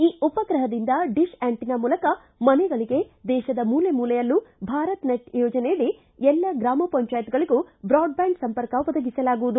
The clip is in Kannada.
ಈ ಉಪಗ್ರಹದಿಂದ ಡಿಶ್ ಆ್ಕಂಟೆನಾ ಮೂಲಕ ಮನೆಗಳಿಗೆ ದೇಶದ ಮೂಲೆ ಮೂಲೆಯಲ್ಲೂ ಭಾರತ ನೆಟ್ ಯೋಜನೆಯಡಿ ಎಲ್ಲಾ ಗ್ರಾಮ ಪಂಚಾಯತ್ಗಳಗೂ ಬ್ರಾಡ್ಬ್ಯಾಂಡ್ ಸಂಪರ್ಕ ಒದಗಿಸಲಾಗುವುದು